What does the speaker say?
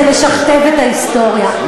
זה לשכתב את ההיסטוריה.